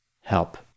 Help